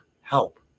help